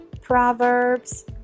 proverbs